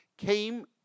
came